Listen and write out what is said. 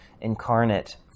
incarnate